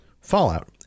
Fallout